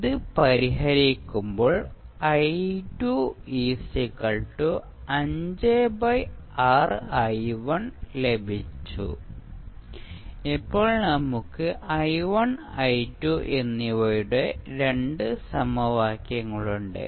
ഇത് പരിഹരിക്കുമ്പോൾ ലഭിച്ചു ഇപ്പോൾ നമുക്ക് i1 i2 എന്നിവയുടെ രണ്ട് സമവാക്യങ്ങളുണ്ട്